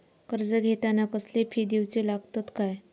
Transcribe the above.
कर्ज घेताना कसले फी दिऊचे लागतत काय?